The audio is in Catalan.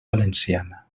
valenciana